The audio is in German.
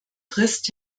frist